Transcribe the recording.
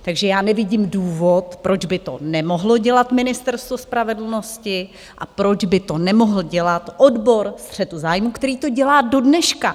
Takže já nevidím důvod, proč by to nemohlo dělat Ministerstvo spravedlnosti a proč by to nemohl dělat odbor střetu zájmů, který to dělá dodneška.